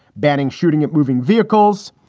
banning shooting at moving vehicles.